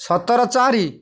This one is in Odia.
ସତର ଚାରି